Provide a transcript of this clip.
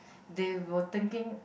they were thinking